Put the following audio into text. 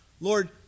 Lord